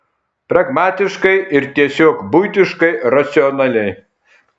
pragmatiškai ir tiesiog buitiškai racionaliai